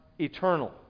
eternal